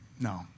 no